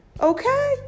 Okay